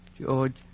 George